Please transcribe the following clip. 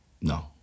No